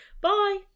bye